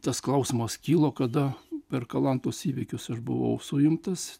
tas klausimas kilo kada per kalantos įvykius aš buvau suimtas